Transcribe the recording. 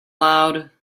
loud